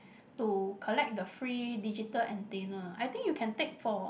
to collect the free digital antenna I think you can take for